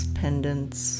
pendants